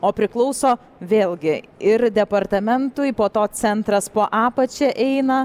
o priklauso vėlgi ir departamentui po to centras po apačia eina